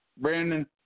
Brandon